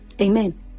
Amen